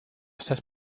estás